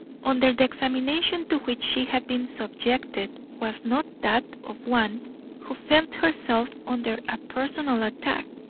under the examination to which she had been subjected, was not that of one who felt herself under a personal attack.